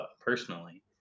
personally